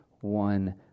one